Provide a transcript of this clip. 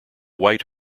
white